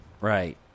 Right